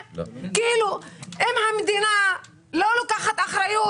"אם המדינה לא לוקחת את האחריות